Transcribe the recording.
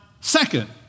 second